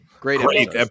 Great